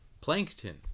Plankton